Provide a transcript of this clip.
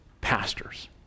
pastors